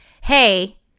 hey